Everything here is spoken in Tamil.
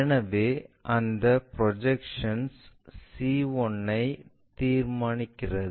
எனவே அந்த ப்ரொஜெக்ஷன்ஸ் c 1 ஐ தீர்மானிக்கிறது